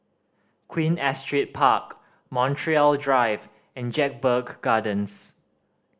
Queen Astrid Park Montreal Drive and Jedburgh Gardens